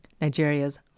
Nigeria's